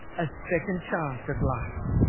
a second chance at life.